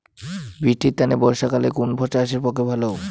বৃষ্টির তানে বর্ষাকাল কুন চাষের পক্ষে ভালো?